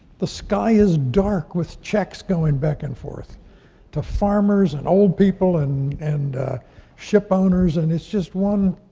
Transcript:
the sky is dark with checks going back and forth to farmers and old people and and ship owners, and it's just one,